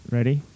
Ready